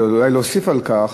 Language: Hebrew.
ואולי עוד להוסיף על כך,